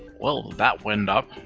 well that went up.